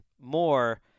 more